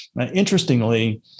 Interestingly